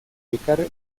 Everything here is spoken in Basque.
elkar